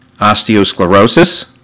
osteosclerosis